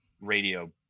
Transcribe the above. radio